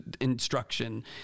instruction